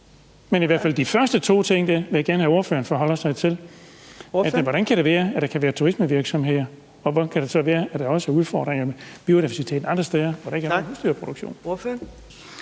Men i hvert fald de første to ting vil jeg gerne have at ordføreren forholder sig til: Hvordan kan det være, at der kan være turismevirksomheder, og hvordan kan det så være, at der også er udfordringer med biodiversitet andre steder, hvor der ikke er nogen husdyrproduktion?